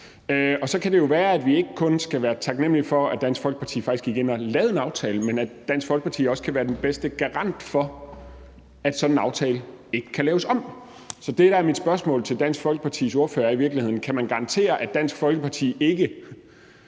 Så kan det jo være, at vi ikke kun skal være taknemlige for, at Dansk Folkeparti faktisk gik med i aftalen, men at Dansk Folkeparti også kan være den bedste garant for, at sådan en aftale ikke kan laves om. Så det, der er mit spørgsmål til Dansk Folkepartis ordfører, er i virkeligheden, om man kan garantere, at Dansk Folkeparti ikke,